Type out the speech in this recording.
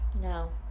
no